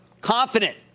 Confident